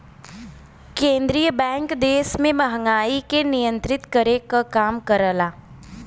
केंद्रीय बैंक देश में महंगाई के नियंत्रित करे क काम करला